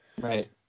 right